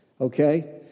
Okay